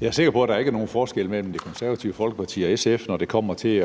Jeg er sikker på, at der ikke er nogen forskel mellem Det Konservative Folkeparti og SF, når det kommer til